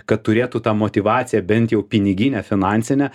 kad turėtų tą motyvaciją bent jau piniginę finansinę